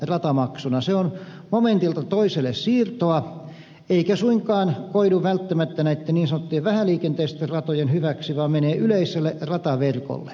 se on momentilta toiselle siirtoa eikä suinkaan koidu välttämättä näiden niin sanottujen vähäliikenteisten ratojen hyväksi vaan menee yleiselle rataverkolle